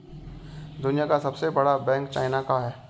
दुनिया का सबसे बड़ा बैंक चाइना का है